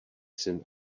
syn